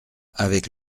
avec